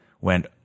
went